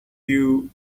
you